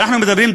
ואנחנו מדברים,